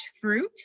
fruit